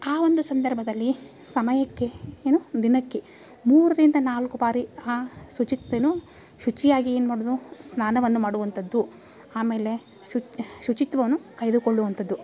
ಆ ಒಂದು ಸಂದರ್ಭದಲ್ಲಿ ಸಮಯಕ್ಕೆ ಏನು ದಿನಕ್ಕೆ ಮೂರರಿಂದ ನಾಲ್ಕು ಬಾರಿ ಆ ಶುಚಿತ್ವ ಏನು ಶುಚಿಯಾಗಿ ಏನು ಮಾಡೋದು ಸ್ನಾನವನ್ನು ಮಾಡುವಂಥದ್ದು ಆಮೇಲೆ ಶುಚಿತ್ವವನ್ನು ಕಾಯ್ದುಕೊಳ್ಳುವಂಥದ್ದು